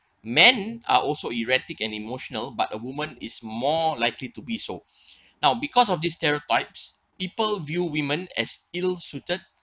men are also erratic and emotional but a woman is more likely to be so now because of the stereotypes people view women as ill suited